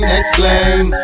explain